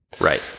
Right